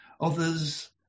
Others